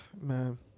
man